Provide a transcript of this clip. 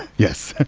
yes.